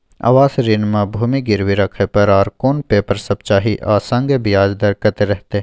आवास ऋण म भूमि गिरवी राखै पर आर कोन पेपर सब चाही आ संगे ब्याज दर कत्ते रहते?